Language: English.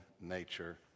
nature